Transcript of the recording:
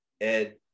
Ed